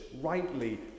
rightly